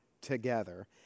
together